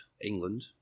England